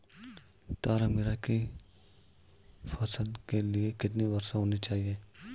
तारामीरा की फसल के लिए कितनी वर्षा होनी चाहिए?